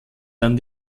dann